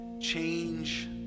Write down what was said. change